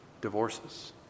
divorces